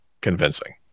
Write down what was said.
convincing